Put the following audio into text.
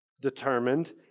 determined